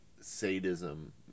Sadism